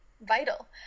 vital